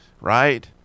right